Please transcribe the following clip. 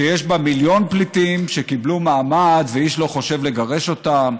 שיש בה מיליון פליטים שקיבלו מעמד ואיש לא חושב לגרש אותם.